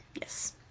Yes